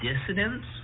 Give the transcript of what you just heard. dissidents